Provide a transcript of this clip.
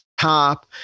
top